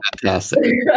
Fantastic